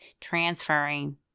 transferring